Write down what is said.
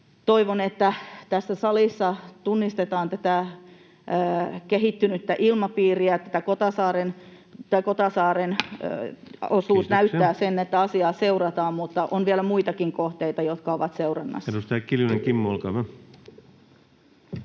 Toivon, että tässä salissa tunnistetaan tätä kehittynyttä ilmapiiriä. Tämä Kotasaaren tapaus [Puhemies: Kiitoksia!] näyttää sen, että asiaa seurataan, mutta on vielä muitakin kohteita, jotka ovat seurannassa. Edustaja Kiljunen, Kimmo, olkaa hyvä.